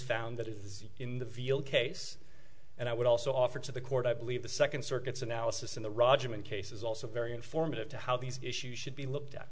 found that it is in the veal case and i would also offer to the court i believe the second circuit's analysis in the rajam and case is also very informative to how these issues should be looked at